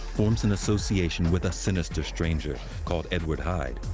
forms an association with a sinister stranger called edward hyde.